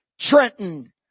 Trenton